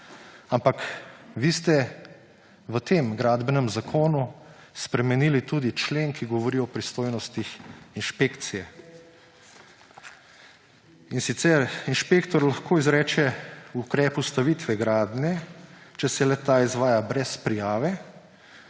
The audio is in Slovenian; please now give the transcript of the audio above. Ampak vi ste v tem gradbenem zakonu spremenili tudi člen, ki govori o pristojnostih inšpekcije, in sicer inšpektor lahko izreče ukrep ustavitve gradnje, če se le-ta izvaja brez prijave